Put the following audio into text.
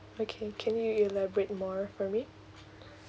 okay can you elaborate more for me